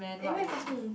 eh where you pass me